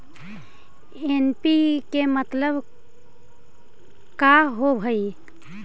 NPK मतलब का होव हइ?